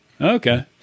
Okay